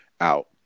out